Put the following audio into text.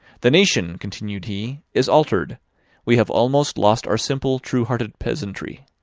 the nation, continued he, is altered we have almost lost our simple, true-hearted peasantry.